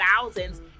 thousands